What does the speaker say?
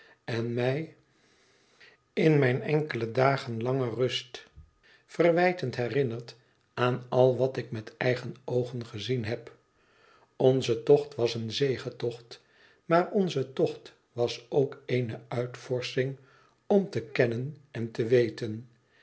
en mij in mijn enkele dagen lange rust verwijtend herinnert aan al wat ik met eigen oogen gezien heb onze tocht was een zegetocht maar onze tocht was ook eene uitvorsching om te kennen en te weten